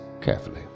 carefully